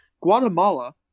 Guatemala